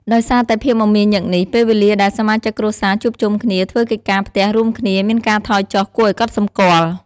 ដោយសារតែភាពមមាញឹកនេះ ពេលវេលាដែលសមាជិកគ្រួសារជួបជុំគ្នាធ្វើកិច្ចការផ្ទះរួមគ្នាមានការថយចុះគួរឲ្យកត់សម្គាល់។